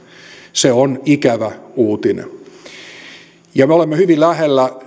se on ikävä uutinen me olemme hyvin lähellä